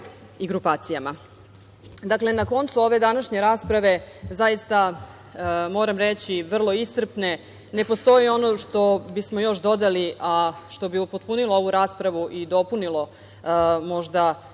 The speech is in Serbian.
i grupacijama. Dakle, na koncu ove današnje rasprave, zaista moram reći vrlo iscrpne, ne postoji ono što bismo još dodali, a što bi upotpunilo ovu raspravu i dopunilo, možda